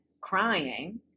crying